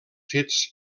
fets